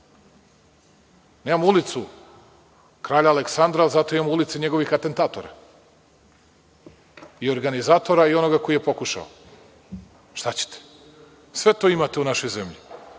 nemamo ulicu kralja Aleksandra, zato imamo ulicu njegovih atentatora i organizatora i onoga koji je pokušao. Šta ćete? Sve to imate u našoj zemlji,